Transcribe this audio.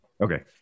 Okay